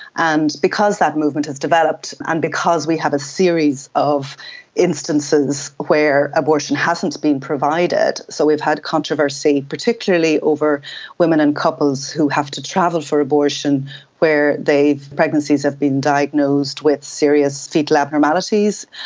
and because that movement has developed and because we have a series of instances where abortion hasn't been provided, so we've had controversy particularly over women and couples who have to travel for abortion where the pregnancies have been diagnosed with serious foetal abnormalities,